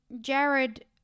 Jared